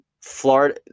Florida